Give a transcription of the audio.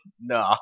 No